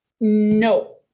No